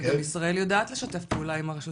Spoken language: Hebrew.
וגם ישראל יודעת לשתף פעולה עם הרשות